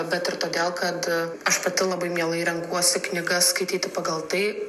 bet ir todėl kad aš pati labai mielai renkuosi knygas skaityti pagal tai